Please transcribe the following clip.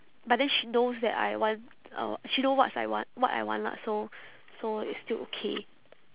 but then she knows that I want uh she know whats I want what I want ah so so it's still okay